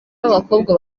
b’abakobwa